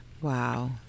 Wow